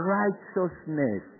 righteousness